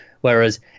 Whereas